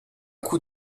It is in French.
coup